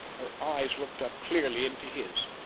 her eyes looked up clearly into his.